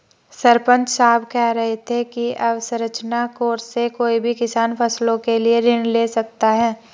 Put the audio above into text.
सरपंच साहब कह रहे थे कि अवसंरचना कोर्स से कोई भी किसान फसलों के लिए ऋण ले सकता है